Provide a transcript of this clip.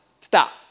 stop